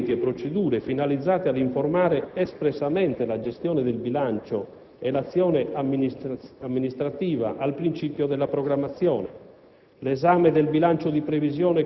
l'adozione di strumenti e procedure finalizzate ad informare espressamente la gestione del bilancio e l'azione amministrativa al principio della programmazione;